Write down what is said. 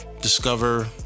Discover